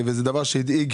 זה דבר שהדאיג